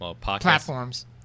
platforms